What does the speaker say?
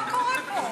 מה קורה פה?